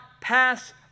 pass